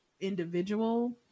individual